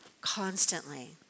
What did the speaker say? constantly